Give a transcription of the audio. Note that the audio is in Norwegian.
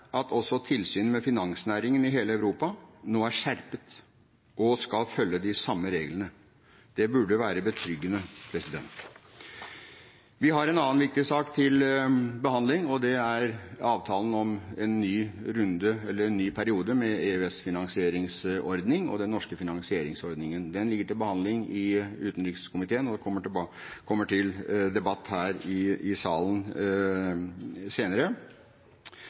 at også tilsynet med finansnæringen i hele Europa nå er skjerpet og skal følge de samme reglene. Det burde være betryggende. Vi har en annen viktig sak til behandling, og det er avtalen om en ny periode med EØS-finansieringsordning og den norske finansieringsordningen – den ligger til behandling i utenrikskomiteen og kommer til debatt her i salen senere